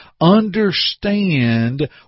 understand